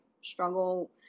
struggle